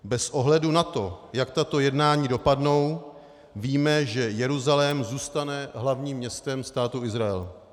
Bez ohledu na to, jak tato jednání dopadnou, víme, že Jeruzalém zůstane hlavním městem Státu Izrael.